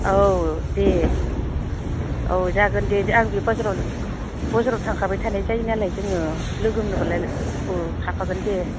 औ दे औ जागोन दे आं बे बाजारावनो बाजाराव थांखाबाय थानाय जायो नालाय जोङो लोगो मोनबालाय थाफागोन दे